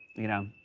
you know,